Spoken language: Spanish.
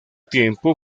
tiempo